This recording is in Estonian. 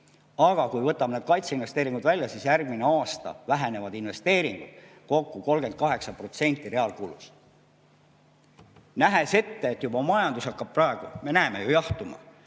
Aga kui me võtame need kaitseinvesteeringud välja, siis järgmine aasta vähenevad investeeringud kokku 38% reaalkulus. Nähes ette, et majandus hakkab jahtuma – me näeme seda juba